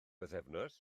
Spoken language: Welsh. pythefnos